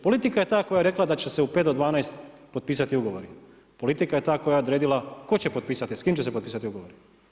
Politika je ta koja je rekla da će se u pet do dvanaest potpisati ugovori, politika je ta koja je odredila tko će potpisati i s kim će se potpisati ugovori.